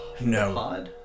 No